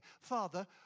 Father